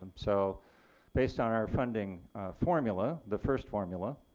um so based on our funding formula, the first formula,